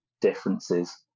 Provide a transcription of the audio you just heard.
differences